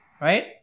right